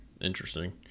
interesting